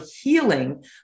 healing